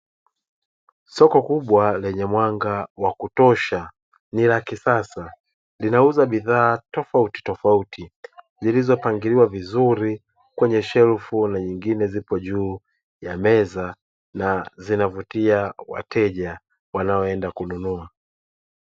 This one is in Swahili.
Soko kubwa lenye mwanga wa kutosha ni la kisasa linauza bidhaa tofauti tofauti zilizopangiliwa vizuri kwenye shelfu na nyingine zipo juu ya meza na zinavutia wateja wanaoenda kununua.